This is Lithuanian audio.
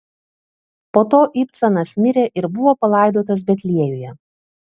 po to ibcanas mirė ir buvo palaidotas betliejuje